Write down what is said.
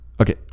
Okay